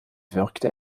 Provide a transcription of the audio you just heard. wirkte